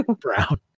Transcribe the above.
Brown